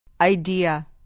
Idea